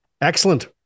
Excellent